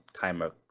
timer